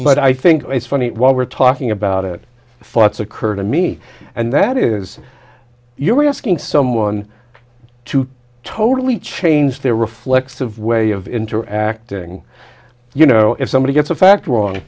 but i think it's funny while we're talking about it thoughts occur to me and that is you were asking someone to totally change their reflexive way of interacting you know if somebody gets a fact wrong